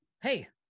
hey